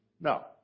no